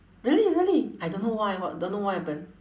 really really I don't know why what don't know what happen